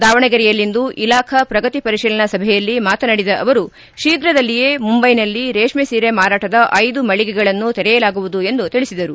ದಾವಣಗೆರೆಯಲ್ಲಿಂದು ಇಲಾಖಾ ಪ್ರಗತಿ ಪರಿಶೀಲನಾ ಸಭೆಯಲ್ಲಿ ಮಾತನಾಡಿದ ಅವರು ಶೀಘ್ರದಲ್ಲಿಯೇ ಮುಂಬೈನಲ್ಲಿ ರೇಷ್ಮೆ ಸೀರೆ ಮಾರಾಟದ ಐದು ಮಳಿಗೆಗಳನ್ನು ತೆರೆಯಲಾಗುವುದು ಎಂದು ತಿಳಿಸಿದರು